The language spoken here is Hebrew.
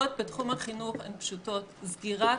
ההגבלות בתחום החינוך הן פשוטות: סגירת